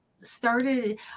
started